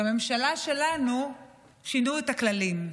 בממשלה שלנו שינו את הכללים: